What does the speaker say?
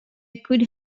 could